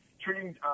treating